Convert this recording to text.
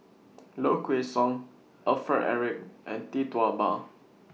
Low Kway Song Alfred Eric and Tee Tua Ba